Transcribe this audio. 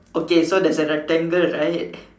okay so there's a rectangle right